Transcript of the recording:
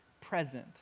present